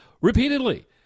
repeatedly